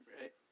Right